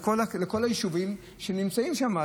לכל היישובים שנמצאים שם.